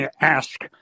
ask